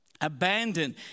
abandoned